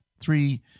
three